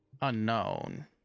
Unknown